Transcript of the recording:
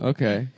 Okay